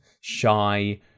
shy